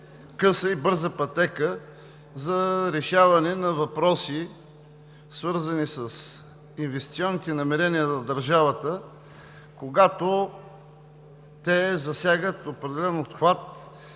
къса и бърза пътека за решаване на въпроси, свързани с инвестиционните намерения на държавата, когато засягат определен обхват